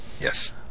Yes